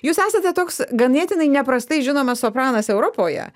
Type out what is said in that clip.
jūs esate toks ganėtinai neprastai žinomas sopranas europoje